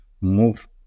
move